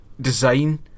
design